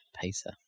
Pacer